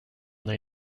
they